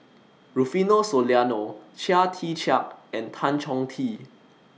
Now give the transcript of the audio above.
Rufino Soliano Chia Tee Chiak and Tan Chong Tee